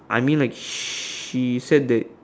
I mean like she said that